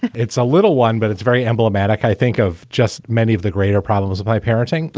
it's a little one, but it's very emblematic, i think, of just many of the greater problems of my parenting.